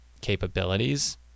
capabilities